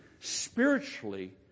spiritually